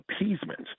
appeasement